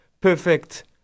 Perfect